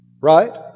Right